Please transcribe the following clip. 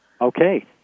Okay